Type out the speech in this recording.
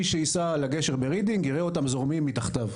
מי שייסע על הגשר ברידינג יראה אותם זורמים מתחתיו.